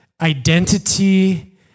Identity